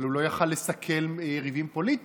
אבל הוא לא יכול לסכל יריבים פוליטיים,